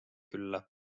külla